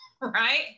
right